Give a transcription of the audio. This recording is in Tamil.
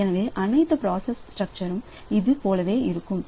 எனவே அனைத்து பிராசஸ் ஸ்ட்ரக்சர் இது போலவே இருக்கும்